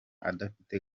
adafite